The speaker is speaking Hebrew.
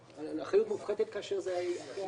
הנושא של אחריות מופחתת כאשר זו התעללות.